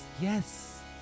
Yes